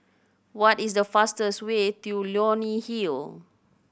what is the fastest way to Leonie Hill